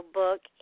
book